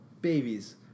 Babies